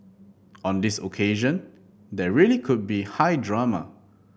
on this occasion there really could be high drama